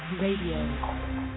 RADIO